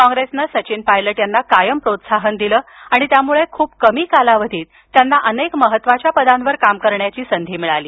कॉंग्रेसने सचिन पायलट यांना कायम प्रोत्साहन दिलं आणि त्यामुळे खूप कमी कालावधीत त्यांना अनेक महत्त्वाच्या पदांवर काम करण्याची संधी मिळाली